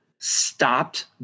stopped